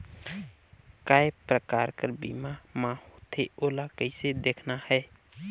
काय प्रकार कर बीमा मा होथे? ओला कइसे देखना है?